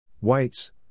Whites